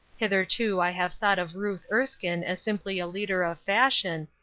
hitherto i have thought of ruth erskine as simply a leader of fashion,